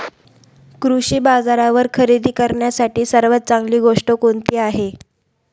कृषी बाजारावर खरेदी करण्यासाठी सर्वात चांगली गोष्ट कोणती आहे?